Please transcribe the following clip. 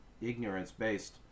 ignorance-based